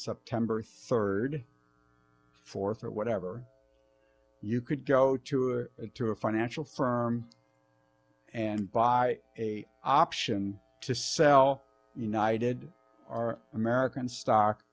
september third fourth or whatever you could go to it to a financial firm and buy a option to sell united or american stock